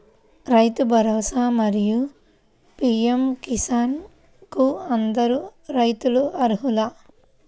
రైతు భరోసా, మరియు పీ.ఎం కిసాన్ కు అందరు రైతులు అర్హులా?